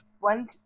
One